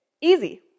Easy